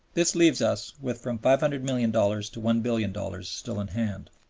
this leaves us with from five hundred million dollars to one billion dollars still in hand.